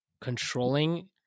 controlling